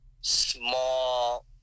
small